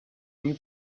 new